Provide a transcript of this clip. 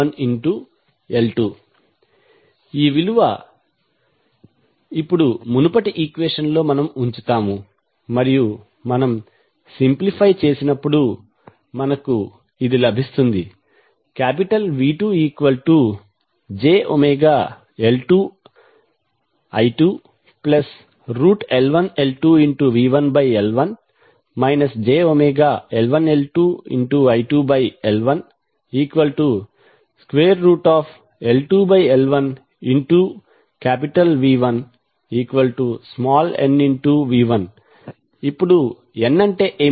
ఇప్పుడు ఈ విలువ మునుపటి ఈక్వెషన్ లో ఉంచుతాము మరియు మనం సింప్లిఫై చేసినప్పుడు మనకు ఇది లభిస్తుంది V2jωL2I2L1L2V1L1 jωL1L2I2L1L2L1V1nV1 ఇప్పుడు n అంటే ఏమిటి